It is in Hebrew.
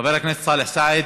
חבר הכנסת סאלח סעד,